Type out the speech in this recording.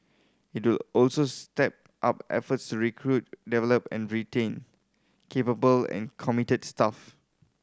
it will also step up efforts recruit develop and retain capable and committed staff